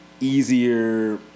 easier